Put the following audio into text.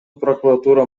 прокуратура